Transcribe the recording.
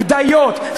בדיות,